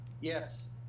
Yes